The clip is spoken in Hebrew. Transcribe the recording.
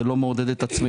זה לא מעודד את הצמיחה,